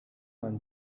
man